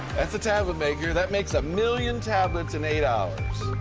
that's a tablet maker. that makes a million tablets in eight hours.